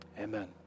amen